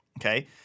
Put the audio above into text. okay